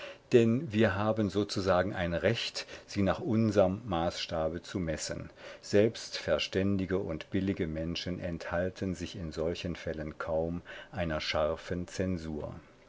denn wir haben sozusagen ein recht sie nach unserm maßstabe zu messen selbst verständige und billige menschen enthalten sich in solchen fällen kaum einer scharfen zensur